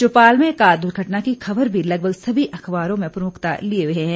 चौपाल में कार दुर्घटना की खबर भी लगभग सभी अखबारो में प्रमुखता लिए हुए हैं